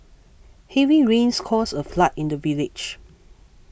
heavy rains caused a flood in the village